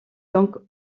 donc